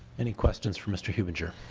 any questions for mr. hubinger?